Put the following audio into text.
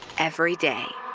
every day.